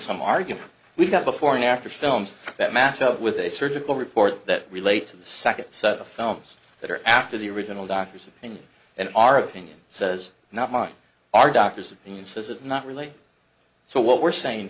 some argument we've got before and after films that match up with a surgical report that relates to the second set of films that are after the original doctor's opinion and our opinion says not mine our doctors opinion says it not really so what we're saying